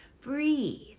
Breathe